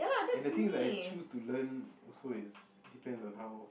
and the things that I choose to learn also is depends on how